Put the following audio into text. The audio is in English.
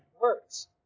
words